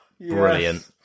Brilliant